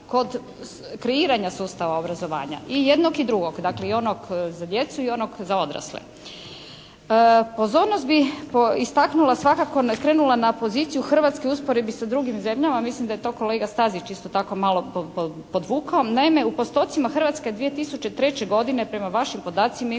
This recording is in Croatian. kod kreiranja sustava obrazovanja i jednog i drugog, dakle i onog za djecu i onog za odrasle. Pozornost bi istaknula svakako, skrenula na poziciju Hrvatske u usporedbi sa drugim zemljama, a mislim da je to kolega Stazić isto tako malo podvukao. Naime, u postocima Hrvatska 2003. godine prema vašim podacima je